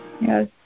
Yes